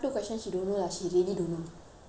apart from that most of it she did well